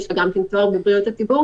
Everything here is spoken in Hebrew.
יש לה גם כן תואר בבריאות הציבור.